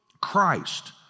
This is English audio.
Christ